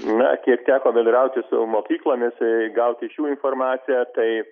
na kiek teko bendrauti su mokyklomis gauti iš jų informaciją tai